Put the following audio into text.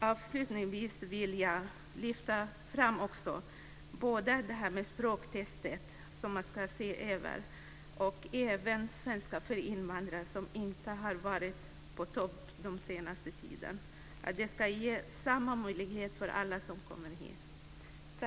Avslutningsvis vill jag lyfta fram dels det här med språktestet, som man borde se över, dels svenska för invandrare, som inte har varit på topp den senaste tiden. Alla som kommer hit ska ha samma möjlighet till detta.